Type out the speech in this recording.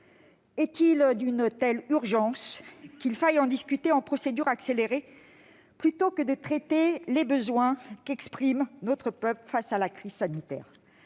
est-il d'une telle urgence qu'il faille en discuter en procédure accélérée plutôt que de traiter les besoins qu'exprime notre peuple face à la crise sanitaire ?